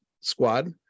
squad